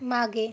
मागे